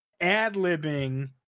ad-libbing